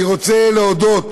אני רוצה להודות